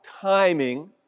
timing